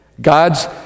God's